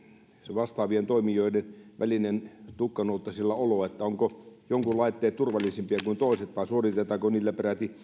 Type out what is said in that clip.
vastaavien toimijoiden välinen tukkanuottasilla olo että onko jonkun laitteet turvallisempia kuin toiset vai suoritetaanko niillä